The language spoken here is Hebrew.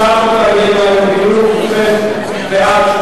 הצעת חוק תאגידי מים וביוב: בעד,